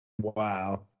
Wow